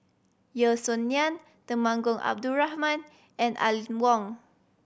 Yeo Song Nian Temenggong Abdul Rahman and Aline Wong